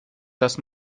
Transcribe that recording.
das